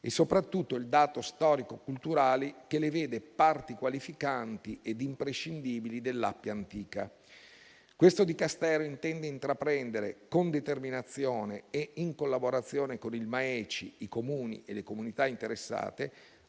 soprattutto il dato storico-culturale che le vede parti qualificanti ed imprescindibili dell'Appia antica. Questo Dicastero intende intraprendere, con determinazione e in collaborazione con il MAECI, i Comuni e le comunità interessate,